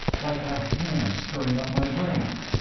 like a hand stirring up my brain,